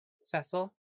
Cecil